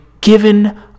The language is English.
given